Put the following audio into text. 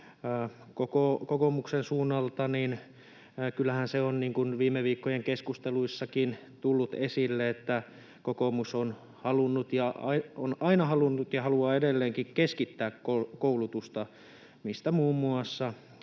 Kokoomuksen suunnalta kyllähän se on viime viikkojen keskusteluissakin tullut esille, että kokoomus on aina halunnut ja haluaa edelleenkin keskittää koulutusta, mistä muun muassa